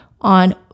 on